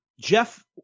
Jeff